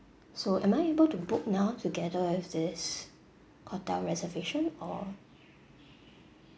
so am I able to book now together with this hotel reservation or